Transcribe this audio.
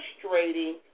frustrating